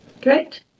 great